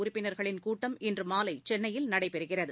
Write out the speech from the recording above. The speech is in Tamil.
உறுப்பினர்களின் கூட்டம் இன்று மாலை சென்னையில் நடைபெறுகிறது